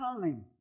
time